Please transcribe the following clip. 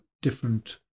different